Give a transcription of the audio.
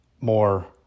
more